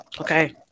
Okay